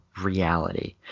reality